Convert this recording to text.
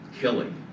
killing